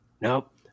Nope